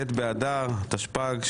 ט' באדר התשפ"ג,